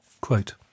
Quote